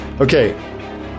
Okay